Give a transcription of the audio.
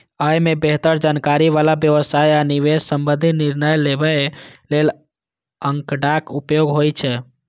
अय मे बेहतर जानकारी बला व्यवसाय आ निवेश संबंधी निर्णय लेबय लेल आंकड़ाक उपयोग होइ छै